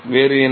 வேறு என்ன